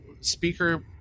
speaker